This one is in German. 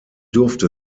durfte